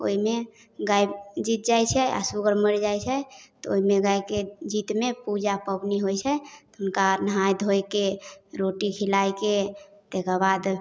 ओहिमे गाय जीत जाइ छै आ सुगर मरि जाइत छै तऽ ओहिमे गायके जीतमे पूजा पाबनि होइ छै हुनका नहाय धोइके रोटी खिलायके ताहिकेबाद